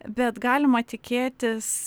bet galima tikėtis